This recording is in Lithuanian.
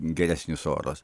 geresnis oras